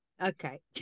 Okay